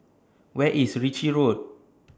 Where IS Ritchie Road